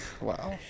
Wow